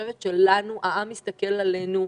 העם מסתכל עלינו,